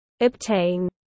Obtain